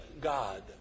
God